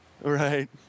right